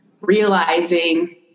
realizing